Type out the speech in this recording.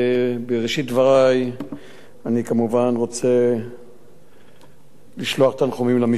בראשית דברי אני רוצה לשלוח תנחומים למשפחות.